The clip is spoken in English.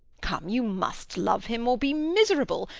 come, you must love him, or be miserable,